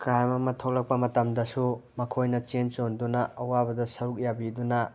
crime ꯑꯃ ꯊꯣꯛꯂꯛꯄ ꯃꯇꯝꯗꯁꯨ ꯃꯈꯣꯏꯅ ꯆꯦꯟ ꯆꯣꯡꯗꯨꯅ ꯑꯋꯥꯕꯗ ꯁꯔꯨꯛ ꯌꯥꯕꯤꯗꯨꯅ